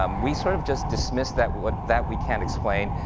um we sort of just dismissed that what that we can't explain,